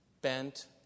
bent